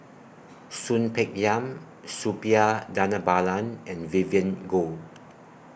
Soon Peng Yam Suppiah Dhanabalan and Vivien Goh